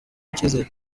icyizere